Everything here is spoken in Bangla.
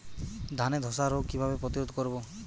ধানে ধ্বসা রোগ কিভাবে প্রতিরোধ করব?